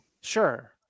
Sure